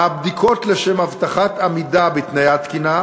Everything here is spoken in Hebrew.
והבדיקות לשם הבטחת עמידה בתנאי התקינה,